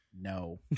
No